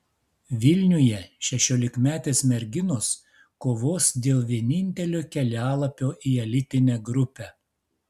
vilniuje šešiolikmetės merginos kovos dėl vienintelio kelialapio į elitinę grupę